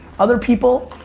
other people,